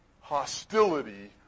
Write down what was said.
Hostility